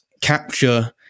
capture